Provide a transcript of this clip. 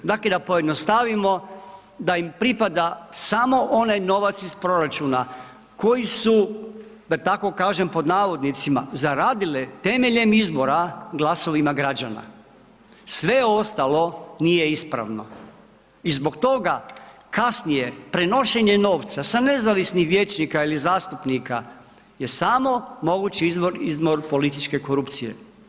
Dakle, da pojednostavimo, da im pripada samo onaj novac iz proračuna koji su, da tako kažem pod navodnicima, zaradile temeljem izbora glasovima građana, sve ostalo nije ispravno i zbog toga kasnije prenošenje novca sa nezavisnih vijećnika ili zastupnika je samo mogući izvor i izmor političke korupcije.